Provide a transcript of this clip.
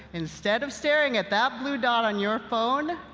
instead of staring at that blue dot on your phone,